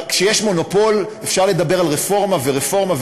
כשיש מונופול, אפשר לדבר על רפורמה ורפורמה,